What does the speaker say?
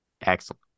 Excellent